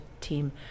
team